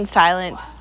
silence